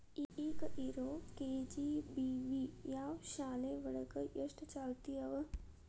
ಈಗ ಇರೋ ಕೆ.ಜಿ.ಬಿ.ವಿ.ವಾಯ್ ಶಾಲೆ ಒಳಗ ಎಷ್ಟ ಚಾಲ್ತಿ ಅವ?